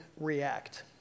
react